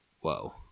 Whoa